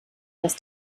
das